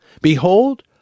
behold